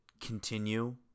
continue